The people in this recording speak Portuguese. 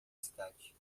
cidade